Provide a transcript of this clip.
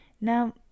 Now